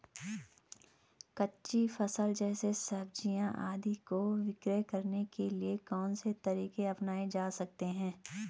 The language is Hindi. कच्ची फसल जैसे सब्जियाँ आदि को विक्रय करने के लिये कौन से तरीके अपनायें जा सकते हैं?